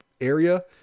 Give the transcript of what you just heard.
area